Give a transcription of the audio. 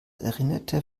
erinnerte